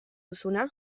duzun